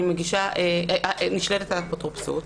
נשללת האפוטרופסות,